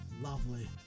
Lovely